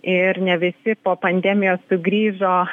ir ne visi po pandemijos sugrįžo